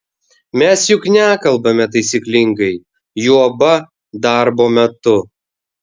mes juk nekalbame taisyklingai juoba darbo metu